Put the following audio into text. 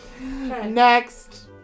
Next